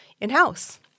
in-house